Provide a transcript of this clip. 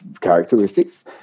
Characteristics